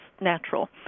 natural